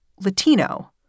Latino